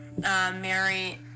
Mary